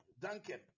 Duncan